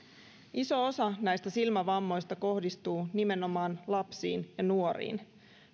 iso osa silmävammoista kohdistuu nimenomaan lapsiin ja nuoriin